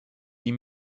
die